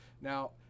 now